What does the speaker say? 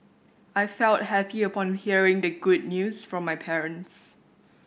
I felt happy upon hearing the good news from my parents